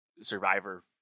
Survivor